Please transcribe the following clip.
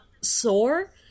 sore